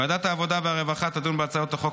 ועדת העבודה והרווחה תדון בהצעות החוק